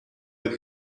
with